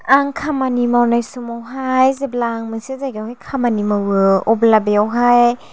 आं खामानि मावनाय समावहाय जेब्ला आं मोनसे जायगायावहाय खामानि मावो अब्ला बेवहाय